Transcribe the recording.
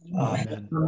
Amen